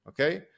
Okay